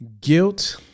Guilt